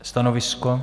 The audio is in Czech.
Stanovisko?